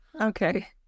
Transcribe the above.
okay